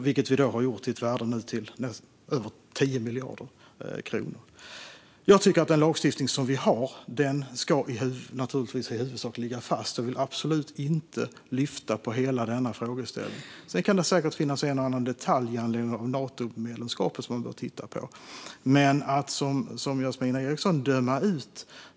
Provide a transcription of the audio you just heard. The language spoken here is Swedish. Det har vi nu gjort till ett värde av över 10 miljarder kronor. Jag tycker naturligtvis att den lagstiftning som vi har i huvudsak ska ligga fast. Jag vill absolut inte lyfta på hela denna frågeställning. Sedan kan det säkert finnas en och annan detalj som man behöver titta på med anledning av Natomedlemskapet.